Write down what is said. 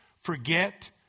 forget